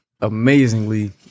amazingly